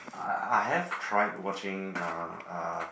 I I have tried watching uh uh